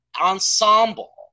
ensemble